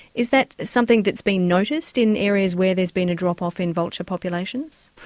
is that something that's been noticed in areas where there's been a drop off in vulture populations?